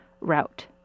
route